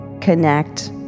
connect